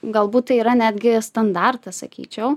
galbūt tai yra netgi standartas sakyčiau